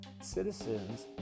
Citizens